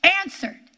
answered